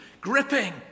gripping